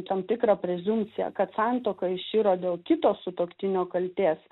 tam tikrą prezumpciją kad santuoka iširo dėl kito sutuoktinio kaltės